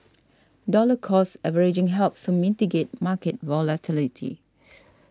dollar cost averaging helps to mitigate market volatility